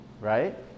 right